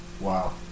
Wow